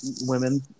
women